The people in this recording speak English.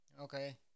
okay